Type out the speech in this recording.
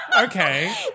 Okay